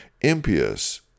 impious